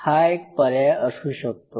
हा एक पर्याय असू शकतो